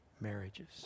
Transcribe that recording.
marriages